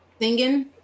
singing